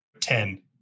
Ten